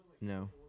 No